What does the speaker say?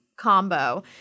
Combo